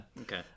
Okay